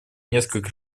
несколько